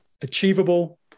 achievable